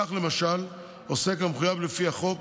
כך, למשל, עוסק המחויב לפי החוק